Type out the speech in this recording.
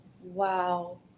wow